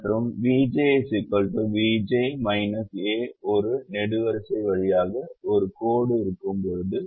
மற்றும் vj vj a ஒரு நெடுவரிசை வழியாக ஒரு கோடு இருக்கும்போது